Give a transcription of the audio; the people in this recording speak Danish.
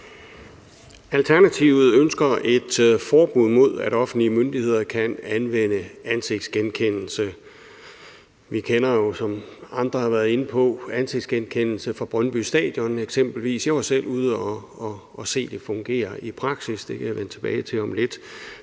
Alternativet ønsker et forbud mod, at offentlige myndigheder kan anvende ansigtsgenkendelse. Vi kender jo, som andre har været inde på, ansigtsgenkendelse fra Brøndby Stadion eksempelvis. Jeg var selv ude og se det fungere i praksis. Det kan jeg vende tilbage til om lidt.